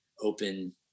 open